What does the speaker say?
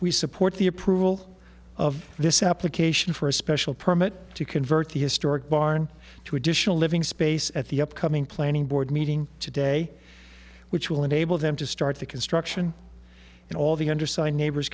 we support the approval of this application for a special permit to convert the historic barn to additional living space at the upcoming planning board meeting today which will enable them to start the construction and all the undersigned neighbors